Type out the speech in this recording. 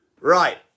Right